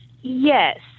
yes